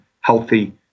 healthy